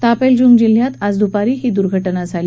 तापेलजुंग जिल्हयात आज दुपारी ही दुर्घटना घडली